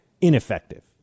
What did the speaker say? ineffective